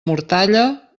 mortalla